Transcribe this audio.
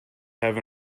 have